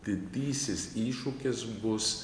didysis iššūkis bus